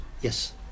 Yes